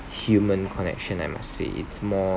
human connection I must say it's more